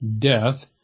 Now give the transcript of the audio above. death